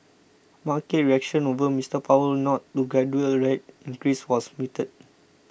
market reaction over Mister Powell's nod to gradual rate increases was muted